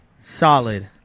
Solid